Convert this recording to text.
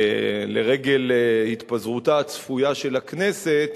לרגל התפזרותה הצפויה של הכנסת,